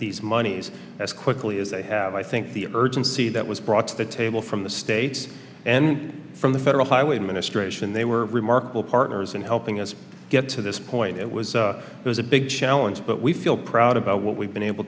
these monies as quickly as they have i think the urgency that was brought to the table from the states and from the federal highway administration they were remarkable partners in helping us get to this point it was a it was a big challenge but we feel proud about what we've been able